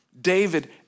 David